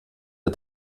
der